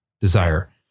desire